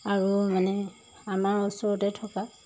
আৰু মানে আমাৰ ওচৰতে থকা